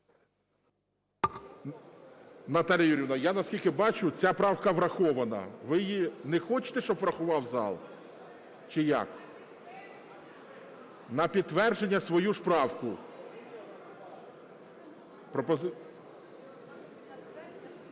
Наталіє Юріївно, я, наскільки бачу, ця правка врахована. Ви її не хочете, щоб врахував зал? Чи як? На підтвердження свою ж правку. Я зрозумів.